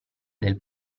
del